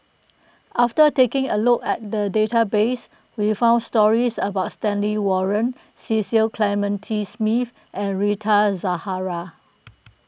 after taking a look at the database we found stories about Stanley Warren Cecil Clementi Smith and Rita Zahara